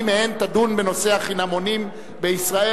מי מהן תדון בנושא החינמונים בישראל.